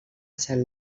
sant